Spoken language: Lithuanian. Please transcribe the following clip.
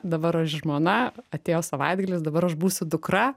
dabar aš žmona atėjo savaitgalis dabar aš būsiu dukra